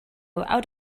out